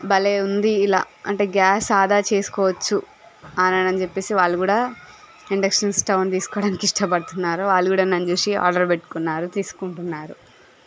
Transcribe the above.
భలే ఉంది ఇలా అంటే గ్యాస్ ఆదా చేసుకోవచ్చు అనని చెప్పేసి వాళ్ళు కూడా ఇండక్షన్ స్టవ్ని తీసుకోవడానికి ఇష్టపడుతున్నారు వాళ్ళు కూడా నన్ను చూసి ఆర్డర్ పెట్టుకున్నారు తీసుకుంటున్నారు